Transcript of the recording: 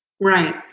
Right